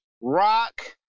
rock